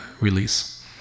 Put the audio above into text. release